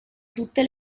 tutte